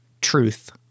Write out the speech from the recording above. truth